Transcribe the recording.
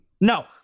No